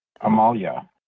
Amalia